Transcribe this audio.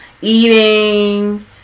eating